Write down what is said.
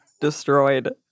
destroyed